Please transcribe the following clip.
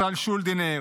ישראל שולדינר,